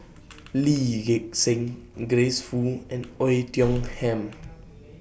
Lee Gek Seng Grace Fu and Oei Tiong Ham